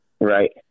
Right